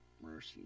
Mercy